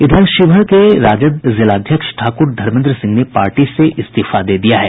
इधर शिवहर के राजद जिलाध्यक्ष ठाकुर धर्मेद्र सिंह ने पार्टी से इस्तीफा दे दिया है